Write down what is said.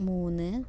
മൂന്ന്